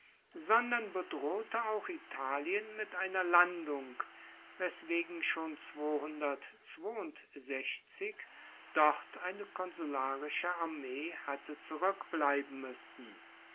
sondern bedrohte auch italien mit einer landung weswegen schon dort eine konsularische armee hatte zurueckbleiben muessen